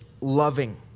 loving